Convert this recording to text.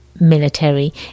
military